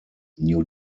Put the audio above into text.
new